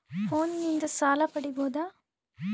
ಫೋನಿನಿಂದ ಸಾಲ ಪಡೇಬೋದ?